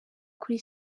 kuri